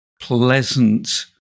pleasant